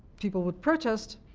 people would protest,